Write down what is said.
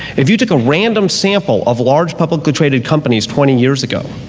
if you took a random sample of large publicly traded companies twenty years ago,